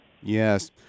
Yes